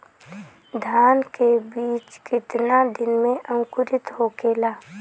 धान के बिज कितना दिन में अंकुरित होखेला?